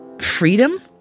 freedom